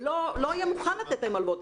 ולא יהיה מוכן לתת להם הלוואות.